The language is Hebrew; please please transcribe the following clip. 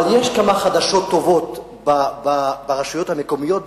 אבל יש כמה חדשות טובות ברשויות המקומיות,